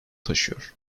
taşıyor